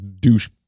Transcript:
douche